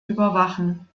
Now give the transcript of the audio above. überwachen